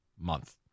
month